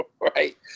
right